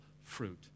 fruit